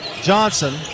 Johnson